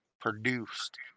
produced